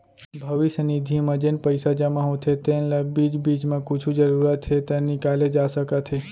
भविस्य निधि म जेन पइसा जमा होथे तेन ल बीच बीच म कुछु जरूरत हे त निकाले जा सकत हे